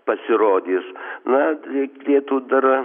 pasirodys na reikėtų dar